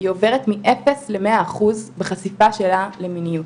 היא עוברת מאפס למאה אחוז בחשיפה שלה למיניות.